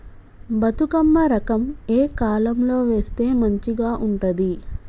బతుకమ్మ రకం ఏ కాలం లో వేస్తే మంచిగా ఉంటది?